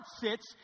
sits